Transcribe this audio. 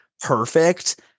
perfect